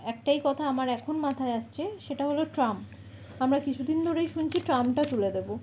একটাই কথা আমার এখন মাথায় আসছে সেটা হলো ট্রাম আমরা কিছুদিন ধরেই শুনছি ট্রামটা তুলে দেবো